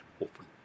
open